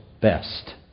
best